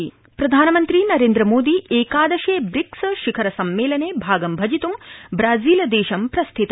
प्रधानमन्त्री प्रधानमन्त्री नरेंद्रमोदी एकादशे ब्रिक्स शिखर सम्मेलने भागं भजित्ं ब्राजीलदेशं प्रस्थित